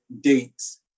dates